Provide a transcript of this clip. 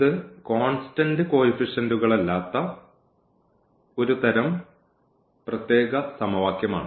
ഇത് കോൺസ്റ്റന്റ് കോയിഫിഷ്യന്റ്കൾ ഇല്ലാത്ത ഒരുതരം പ്രത്യേക സമവാക്യമാണ്